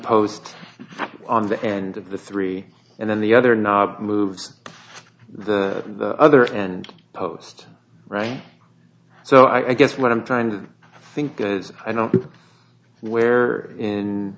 post on the end of the three and then the other knob moves the other and post right so i guess what i'm trying to think because i don't know where in